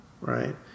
right